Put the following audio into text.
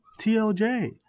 TLJ